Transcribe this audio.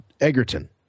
Egerton